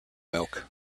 milk